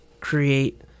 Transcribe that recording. create